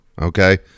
okay